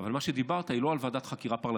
אבל מה שדיברת עליו הוא לא על ועדת חקירה פרלמנטרית,